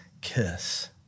kiss